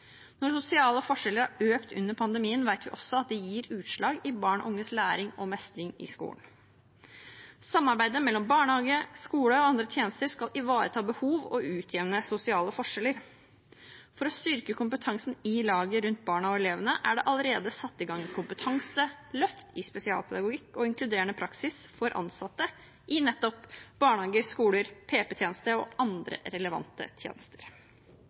Når sosiale forskjeller har økt under pandemien, vet vi også at det gir utslag i barn og unges læring og mestring i skolen. Samarbeidet mellom barnehage, skole og andre tjenester skal ivareta behov og utjevne sosiale forskjeller. For å styrke kompetansen i laget rundt barna og elevene er det allerede satt i gang et kompetanseløft i spesialpedagogikk og inkluderende praksis for ansatte i nettopp barnehager, skoler, PP-tjeneste og andre relevante tjenester.